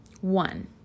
One